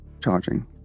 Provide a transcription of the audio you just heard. charging